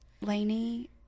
Lainey